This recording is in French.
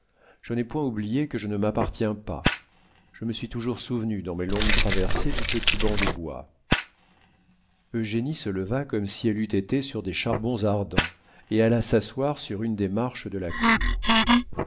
je n'ai point oublié que je ne m'appartiens pas je me suis toujours souvenu dans mes longues traversées du petit banc de bois eugénie se leva comme si elle eût été sur des charbons ardents et alla s'asseoir sur une des marches de la cour